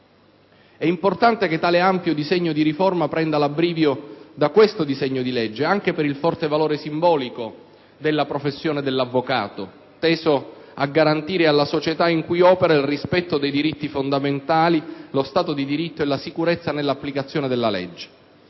È importante che tale ampio disegno di riforma prenda l'abbrivio dal provvedimento oggi in esame, anche per il forte valore simbolico della professione dell'avvocato, tesa a garantire alla società in cui questi opera il rispetto dei diritti fondamentali, lo Stato di diritto e la sicurezza nell'applicazione della legge.